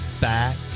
back